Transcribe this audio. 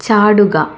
ചാടുക